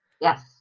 yes